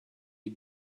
you